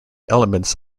elements